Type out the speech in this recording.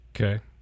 Okay